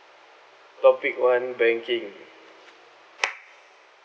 topic one banking